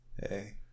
Hey